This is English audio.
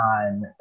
on